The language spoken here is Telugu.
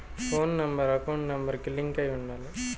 పోను నెంబర్ అకౌంట్ నెంబర్ కి లింక్ అయ్యి ఉండాలి